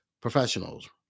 professionals